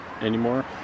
anymore